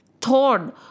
thorn